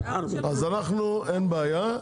הסתייגות 4. אז אין בעיה.